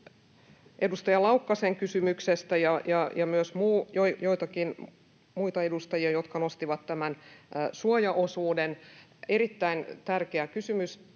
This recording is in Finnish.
edustaja Laukkasen kysymyksestä, ja oli myös joitakin muita edustajia, jotka nostivat tämän suojaosuuden: Erittäin tärkeä kysymys.